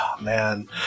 Man